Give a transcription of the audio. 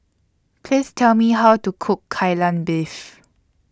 Please Tell Me How to Cook Kai Lan Beef